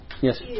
Yes